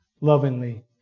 lovingly